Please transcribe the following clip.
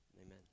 Amen